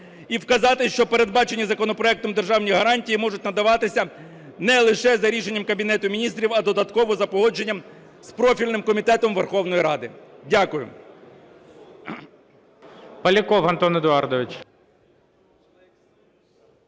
І вказати, що передбачені законопроектом державні гарантії можуть надаватися не лише за рішенням Кабінету Міністрів, а додатково, за погодженням з профільним комітетом Верховної Ради. Дякую.